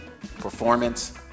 performance